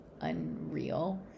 unreal